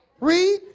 Read